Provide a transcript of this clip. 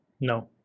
no